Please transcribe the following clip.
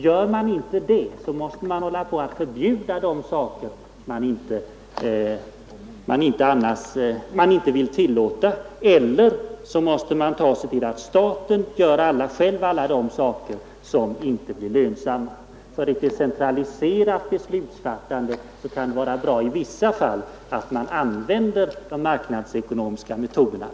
Gör man inte det, måste man ibland helt förbjuda de företeelser som man mindre gärna accepterar eller se till att staten själv utför det som inte blir lönsamt — alltså förbud eller statlig direkt dirigering! För ett decentraliserat beslutsfattande kan det därför i vissa fall vara bra att man använder de marknadsekonomiska metoderna.